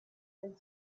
wenn